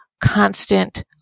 constant